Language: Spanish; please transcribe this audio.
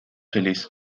feliz